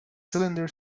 cylinder